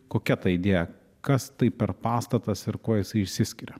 kokia ta idėja kas tai per pastatas ir kuo jisai išsiskiria